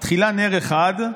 מתחיל נר אחד,